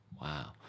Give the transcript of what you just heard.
Wow